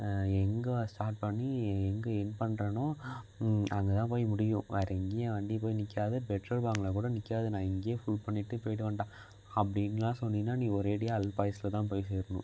எங்கே ஸ்டார்ட் பண்ணி எங்கே எண்ட் பண்றேன்னோ அங்கேதான் போய் முடியும் வேற எங்கேயும் வண்டி போய் நிற்காது பெட்ரோல் பங்ல கூட நிற்காது நான் இங்கே ஃபுல் பண்ணிட்டு போய்டுவேன்டா அப்படின்லாம் சொன்னீன்னா நீ ஒரேடியாக அல்பாயுசில்தான் போய் சேரணும்